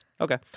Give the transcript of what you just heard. Okay